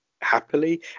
happily